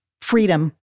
freedom